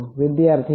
વિદ્યાર્થી હા